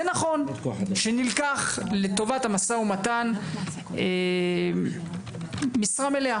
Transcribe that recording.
זה נכון שנלקח לטובת המשא ומתן משרה מלאה.